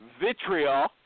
vitriol